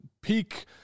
peak